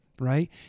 right